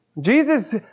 Jesus